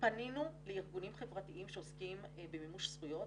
פנינו לארגונים חברתיים שעוסקים במימוש זכויות.